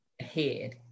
ahead